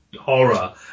horror